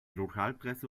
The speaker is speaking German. lokalpresse